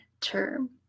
term